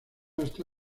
hasta